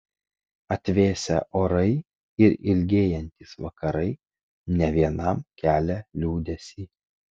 atvėsę orai ir ilgėjantys vakarai ne vienam kelia liūdesį